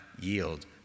yield